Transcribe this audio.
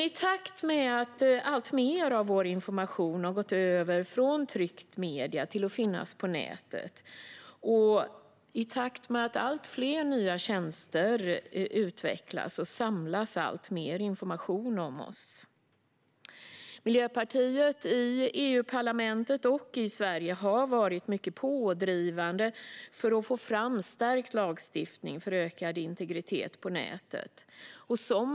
I takt med att mer och mer av vår information har gått över från tryckta medier till att finnas på nätet, och i takt med att allt fler nya tjänster utvecklas, samlas alltmer information om oss. Miljöpartiet i EU-parlamentet och i Sveriges riksdag har varit mycket pådrivande för att få fram skärpt lagstiftning för ökad integritet på nätet.